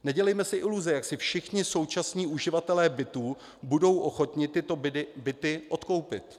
Nedělejme si iluze, jak si všichni současní uživatelé bytů budou ochotni tyto byty odkoupit.